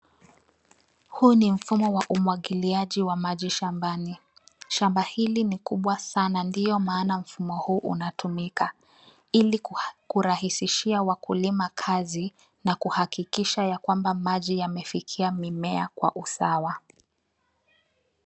Huu ni mfumo wa umwagiliaji wa maji shambani. Shamba hili ni kubwa sana ndio maana mfumo huu unatumika ili kurahisishia wakulima kazi na kuhakikisha kwamba maji yamefikia mimea kwa usawa.